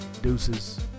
deuces